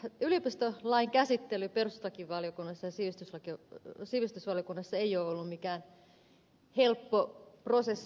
tämä yliopistolain käsittely perustuslakivaliokunnassa ja sivistysvaliokunnassa ei ole ollut mikään helppo prosessi